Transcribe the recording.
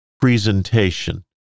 presentation